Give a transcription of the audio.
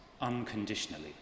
unconditionally